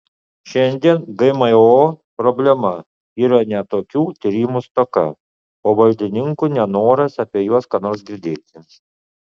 šiandien gmo problema yra ne tokių tyrimų stoka o valdininkų nenoras apie juos ką nors girdėti